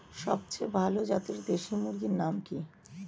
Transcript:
সবচেয়ে ভালো জাতের দেশি মুরগির নাম কি?